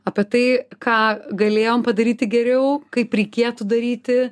apie tai ką galėjom padaryti geriau kaip reikėtų daryti